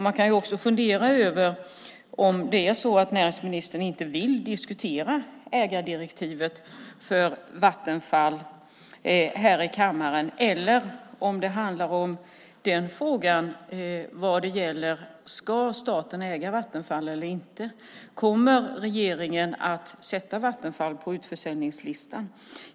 Man kan också fundera om näringsministern inte vill diskutera ägardirektivet för Vattenfall här i kammaren, eller om det handlar om frågan huruvida staten ska äga Vattenfall eller inte. Kommer regeringen att sätta Vattenfall på utförsäljningslistan?